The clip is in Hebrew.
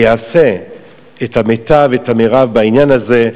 ייעשה המיטב והמרב בעניין הזה.